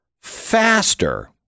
faster